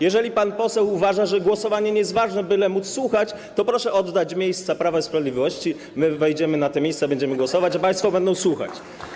Jeżeli pan poseł uważa, że głosowanie nie jest ważne, byle móc słuchać, to proszę oddać miejsce Prawa i Sprawiedliwości, my wejdziemy na te miejsca i będziemy głosować, a państwo będą słuchać.